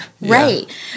Right